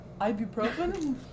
ibuprofen